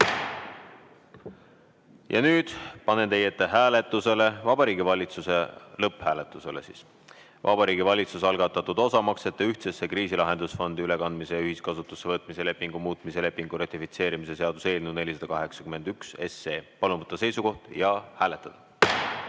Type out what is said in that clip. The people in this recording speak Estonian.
Nüüd panen teie ette lõpphääletusele Vabariigi Valitsuse algatatud osamaksete ühtsesse kriisilahendusfondi ülekandmise ja ühiskasutusse võtmise lepingu muutmise lepingu ratifitseerimise seaduse eelnõu 481. Palun võtta seisukoht ja hääletada!